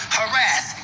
harass